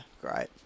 great